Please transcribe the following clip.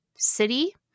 City